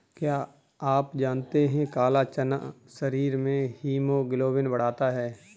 क्या आप जानते है काला चना शरीर में हीमोग्लोबिन बढ़ाता है?